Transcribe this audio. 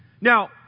Now